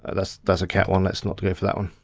ah that's that's a cat one, let's not go for that one.